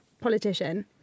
politician